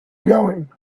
going